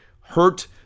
hurt